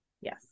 Yes